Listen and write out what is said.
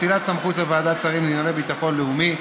(אצילת סמכות לוועדת השרים לענייני ביטחון לאומי),